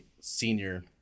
senior